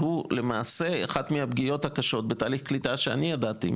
שהוא למעשה אחת מהפגיעות הקשות בתהליך הקליטה שאני ידעתי